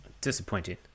disappointing